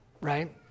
right